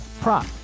prop